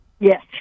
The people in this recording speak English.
Yes